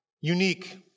Unique